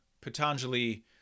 Patanjali